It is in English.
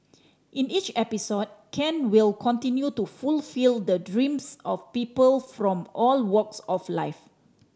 in each episode Ken will continue to fulfil the dreams of people from all walks of life